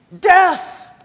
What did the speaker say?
Death